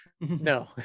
no